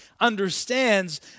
understands